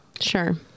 Sure